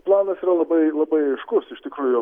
planas yra labai labai aiškus iš tikrųjų